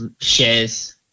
shares